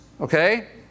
okay